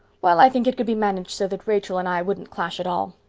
well, i think it could be managed so that rachel and i wouldn't clash at all.